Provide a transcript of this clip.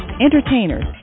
entertainers